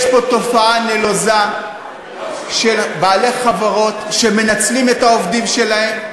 יש פה תופעה נלוזה של בעלי חברות שמנצלים את העובדים שלהם.